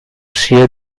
sia